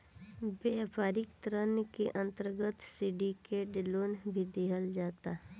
व्यापारिक ऋण के अंतर्गत सिंडिकेट लोन भी दीहल जाता